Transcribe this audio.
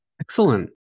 Excellent